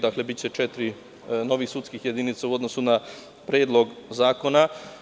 Dakle, biće četiri novih sudskih jedinica u odnosu na predlog zakona.